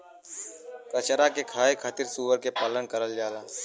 कचरा के खाए खातिर सूअर के पालन करल जाला